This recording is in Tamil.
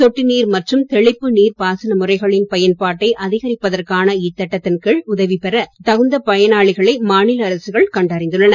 சொட்டு நீர் மற்றும் தெளிப்பு நீர் பாசன முறைகளின் பயன்பாட்டை அதிகரிப்பதற்கான இத்திட்டத்தின் கீழ் உதவிபெறத் தகுந்த பயனாளிகளை மாநில அரசுகள் கண்டறிந்துள்ளன